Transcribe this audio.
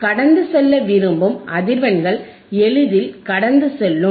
நாம் கடந்து செல்ல விரும்பும் அதிர்வெண்கள் எளிதில் கடந்து செல்லும்